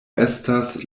estas